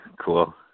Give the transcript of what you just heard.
Cool